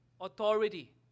authority